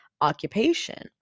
occupation